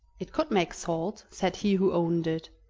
it could make salt, said he who owned it,